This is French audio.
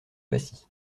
passy